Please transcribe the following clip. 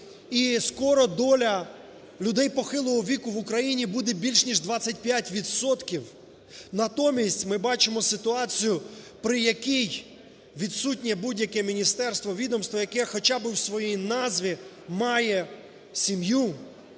і скоро доля людей похилого віку в Україні буде більше, ніж 25 відсотків. Натомість ми бачимо ситуацію, при якій відсутнє будь-яке міністерство, відомство, яке хоча би в своїй назві має сім'ю,